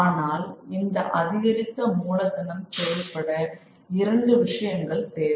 ஆனால் இந்த அதிகரித்த மூலதனம் செயல்பட இரண்டு விஷயங்கள் தேவை